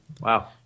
Wow